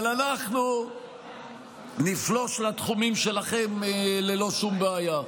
אבל אנחנו נפלוש לתחומים שלכם ללא שום בעיה.